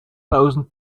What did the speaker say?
thousand